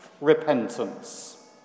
repentance